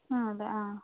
ആ അതെ ആ